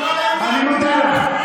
אני לא, אני מודה לך.